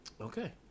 Okay